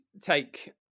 take